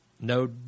No